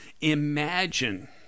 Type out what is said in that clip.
imagine